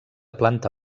planta